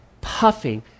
puffing